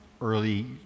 early